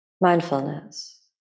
mindfulness